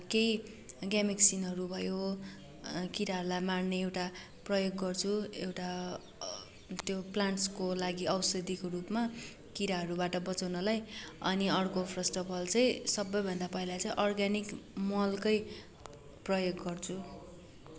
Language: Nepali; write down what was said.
केही गेमेक्सिनहरू भयो किराहरूलाई मार्ने एउटा प्रयोग गर्छु एउटा त्यो प्लान्ट्सको लागि औषधीको रुपमा किराहरूबाट बचाउनलाई अनि अर्को फर्स्ट अफ अल चाहिँ सबैभन्दा पहिला चाहिँ अर्ग्यानिक मलकै प्रयोग गर्छु